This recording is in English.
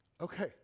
Okay